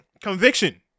conviction